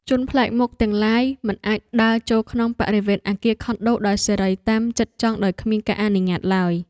ជនប្លែកមុខទាំងឡាយមិនអាចដើរចូលក្នុងបរិវេណអគារខុនដូដោយសេរីតាមចិត្តចង់ដោយគ្មានការអនុញ្ញាតឡើយ។